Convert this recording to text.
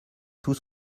tous